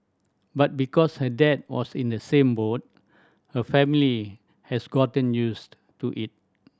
but because her dad was in the same boat her family has gotten used to it